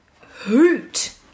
hoot